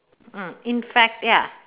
mm in fact ya